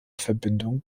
verbindung